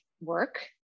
work